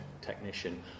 technician